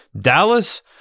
Dallas